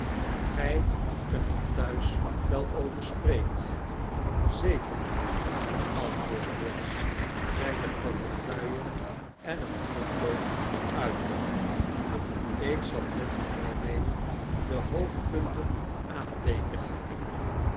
gij kunt er thuis wel over spreken zeke r mijnheer antwoordde brass zijne portefeuille en een potlood uithalende ik zal met uw welnemen de hoofdpunten aanteekenen mijnheer